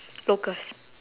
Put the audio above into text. locals